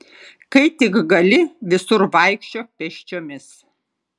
kai tik gali visur vaikščiok pėsčiomis